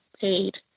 paid